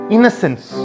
Innocence